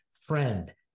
friend